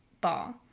ball